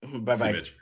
Bye-bye